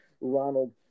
Ronald